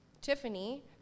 Tiffany